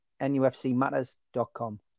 nufcmatters.com